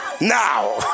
Now